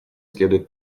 следует